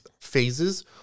phases